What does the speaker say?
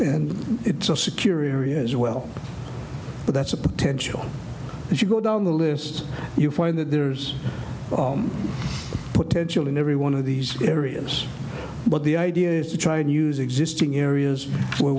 and it's a secure area as well but that's a potential if you go down the list you find that there's potential in every one of these areas but the idea is to try and use existing areas where